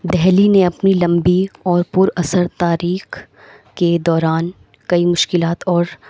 دہلی نے اپنی لمبی اور پر اثر تاریخ کے دوران کئی مشکلات اور